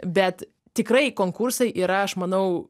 bet tikrai konkursai yra aš manau